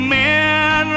men